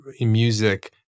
music